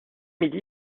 midi